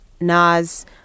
Nas